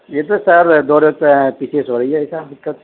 یہ تو سر دو روز پیچھے سے ہو رہی ہے ایسا دکت